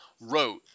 wrote